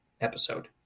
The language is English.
episode